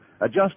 adjust